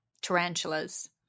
tarantulas